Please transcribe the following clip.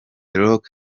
rock